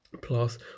Plus